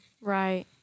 Right